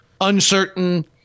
uncertain